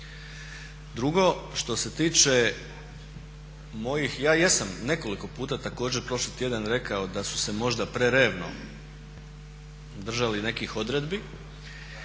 Drugo, što se tiče ja jesam nekoliko puta također prošli tjedan rekao da su se možda prerevno držali nekih odredbi,